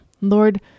Lord